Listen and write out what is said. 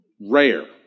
Rare